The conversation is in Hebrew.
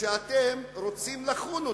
שאתם רוצים לחון אותם.